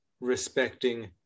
respecting